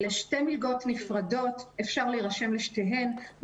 אלו שתי מלגות נפרדות ואפשר להירשם לשתיהן.